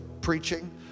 preaching